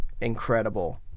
incredible